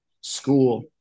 school